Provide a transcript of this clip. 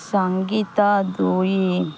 ସଙ୍ଗୀତ ଦୁଇ